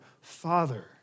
Father